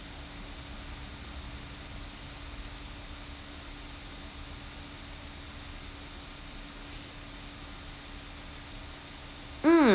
mm